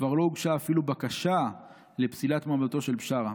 כבר לא הוגשה אפילו בקשה לפסילת מועמדותו של בשארה.